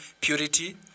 Purity